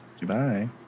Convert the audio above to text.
goodbye